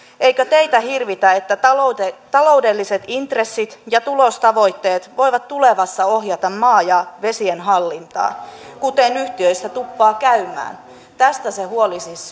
eikö teitä hirvitä että taloudelliset intressit ja tulostavoitteet voivat tulevassa ohjata maan ja vesien hallintaa kuten yhtiöissä tuppaa käymään tästä se huoli siis